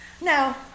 Now